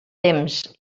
temps